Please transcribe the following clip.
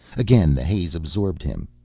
again the haze absorbed him.